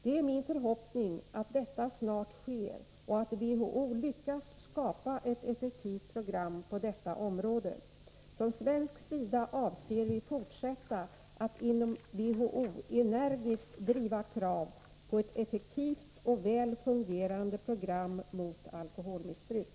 Det är min förhoppning att detta snart sker och att WHO lyckas skapa ett effektivt program på detta område. Från svensk sida avser vi fortsätta att inom WHO energiskt driva krav på ett effektivt och väl fungerande program mot alkoholmissbruk.